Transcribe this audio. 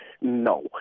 No